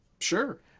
Sure